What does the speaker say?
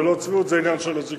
זה לא צביעות, זה עניין של הזיכרון.